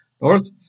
North